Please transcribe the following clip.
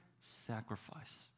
sacrifice